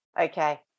Okay